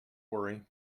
worry